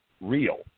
real